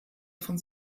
von